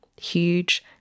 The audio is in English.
huge